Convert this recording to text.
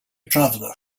traveller